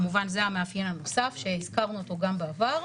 כמובן זה המאפיין הנוסף שהזכרנו אותו גם בעבר.